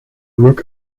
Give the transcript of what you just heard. rook